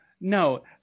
No